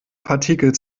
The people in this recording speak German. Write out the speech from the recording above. partikel